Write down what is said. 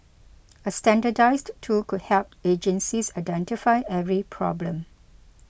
a standardised tool could help agencies identify every problem